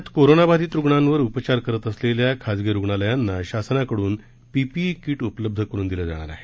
राज्यात कोरोनाबाधित रुग्णांवर उपचार करत असलेल्या खासगी रुग्णालयांना शासनाकडून पीपीई किट उपलब्ध करुन दिल्या जाणार आहेत